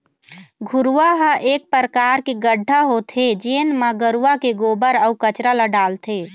घुरूवा ह एक परकार के गड्ढ़ा होथे जेन म गरूवा के गोबर, अउ कचरा ल डालथे